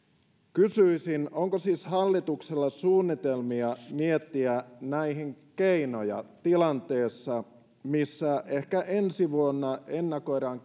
kysyisin onko hallituksella suunnitelmia miettiä näihin keinoja tilanteessa missä ehkä ensi vuotta ennakoidaan